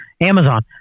Amazon